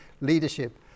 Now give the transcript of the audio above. leadership